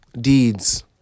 deeds